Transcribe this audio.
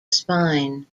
spine